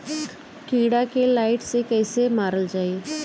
कीड़ा के लाइट से कैसे मारल जाई?